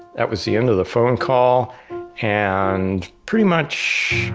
that was the end of the phone call and pretty much